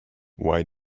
why